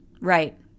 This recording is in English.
Right